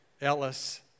Ellis